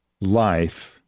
life